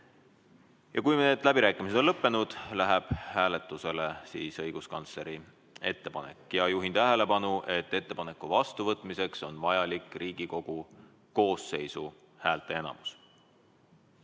Kui need läbirääkimised on lõppenud, läheb hääletusele õiguskantsleri ettepanek. Juhin tähelepanu, et ettepaneku vastuvõtmiseks on vajalik Riigikogu koosseisu häälteenamus.